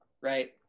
right